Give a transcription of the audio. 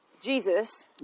jesus